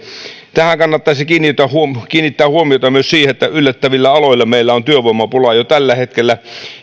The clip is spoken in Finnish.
kannattaisi kiinnittää huomiota kiinnittää huomiota myös siihen että yllättävillä aloilla meillä on työvoimapula jo tällä hetkellä